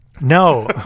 No